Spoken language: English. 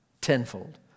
Tenfold